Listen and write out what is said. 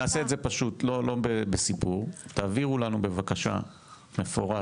תעבירו לנו בבקשה מפורט,